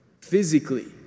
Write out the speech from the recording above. physically